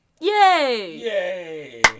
Yay